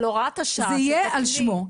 זה יהיה על שמו.